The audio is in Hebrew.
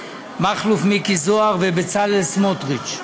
מכלוף מיקי זוהר ובצלאל סמוטריץ.